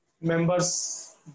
members